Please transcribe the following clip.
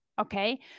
Okay